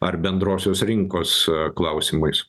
ar bendrosios rinkos klausimais